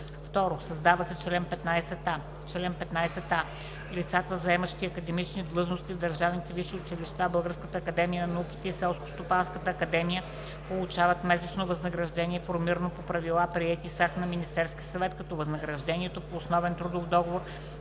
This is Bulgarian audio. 2. Създава се чл. 15а: „Чл. 15а. Лицата, заемащи академични длъжности в държавните висши училища, Българската академия на науките и Селскостопанската академия получават месечно възнаграждение, формирано по правила, приети с акт на Министерски съвет, като възнаграждението по основен трудов договор,